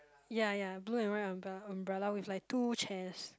ya ya blue and white umbrella umbrella with like two chairs